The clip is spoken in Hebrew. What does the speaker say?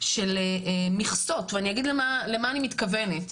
של מכסות, ואני אגיד למה אני מתכוונת.